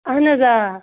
اَہن حظ آ